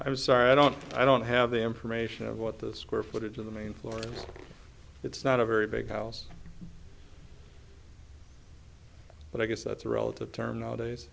was sorry i don't i don't have the information of what the square footage of the main floor it's not a very big house but i guess that's a relative term nowadays